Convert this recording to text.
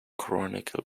chronicle